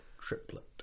triplet